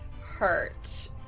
hurt